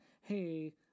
hey